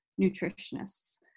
nutritionists